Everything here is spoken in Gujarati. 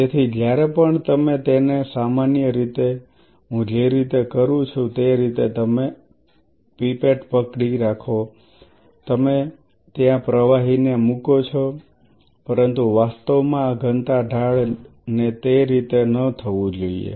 તેથી જ્યારે પણ તમે તેને સામાન્ય રીતે હું જે રીતે કરું છુ તે રીતે તમે પાઇપેટ પકડી રાખો અને તમે ત્યાં પ્રવાહીને મુકો છો પરંતુ વાસ્તવમાં આ ઘનતા ઢાળ તે રીતે ન થવું જોઈએ